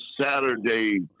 Saturday